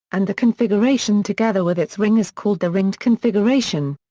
and the configuration together with its ring is called the ringed configuration.